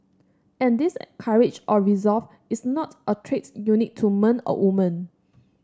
and this courage or resolve is not a trait unique to men or women